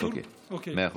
אסור להראות, מאה אחוז.